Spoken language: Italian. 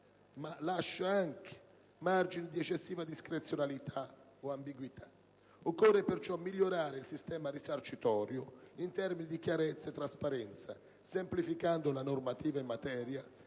ma lascia anche margini di eccessiva discrezionalità o ambiguità. Occorre perciò migliorare il sistema risarcitorio in termini di chiarezza e trasparenza, semplificando la normativa in materia,